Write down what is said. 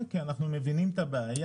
כי אנחנו מבינים את הבעיה.